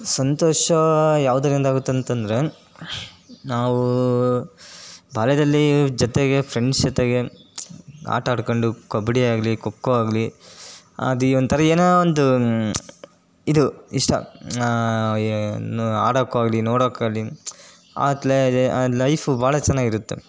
ಸಂತೋಷ ಯಾವುದರಿಂದ ಆಗುತ್ತಂತಂದರೆ ನಾವು ಬಾಲ್ಯದಲ್ಲಿ ಜೊತೆಗೆ ಫ್ರೆಂಡ್ಸ್ ಜೊತೆಗೆ ಆಟ ಆಡ್ಕೊಂಡು ಕಬಡ್ಡಿಯಾಗಲಿ ಖೊ ಖೋ ಆಗಲಿ ಅದು ಒಂಥರ ಏನೋ ಒಂದು ಇದು ಇಷ್ಟ ಆಡೋಕ್ಕಾಗ್ಲಿ ನೋಡೋಕ್ಕಾಗ್ಲಿ ಆತ್ಲಾಗೆ ಆ ಲೈಫು ಭಾಳ ಚೆನ್ನಾಗಿರುತ್ತೆ